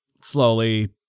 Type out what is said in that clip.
slowly